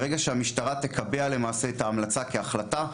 ברגע שהמשטרה תקבע למעשה את ההמלצה כהחלטה,